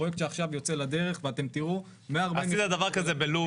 פרויקט שעכשיו יוצא לדרך ואתם תראו 140 --- בלוד,